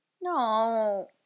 no